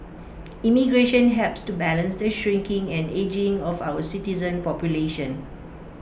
immigration helps to balance the shrinking and ageing of our citizen population